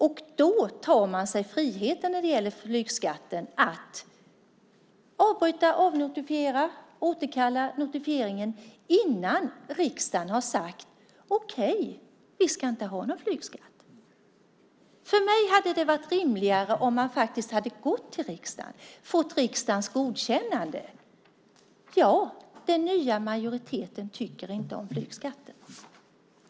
När det gäller flygskatten tar man sig då friheten att avbryta och avnotifiera, återkalla notifieringen, innan riksdagen har sagt att vi inte ska ha någon flygskatt. För mig hade det varit rimligare om man hade gått till riksdagen och fått riksdagens godkännande: Ja, den nya majoriteten tycker inte om flygskatten.